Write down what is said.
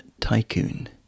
Tycoon